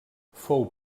fou